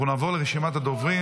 אנחנו נעבור לרשימת הדוברים.